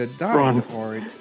Ron